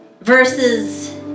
versus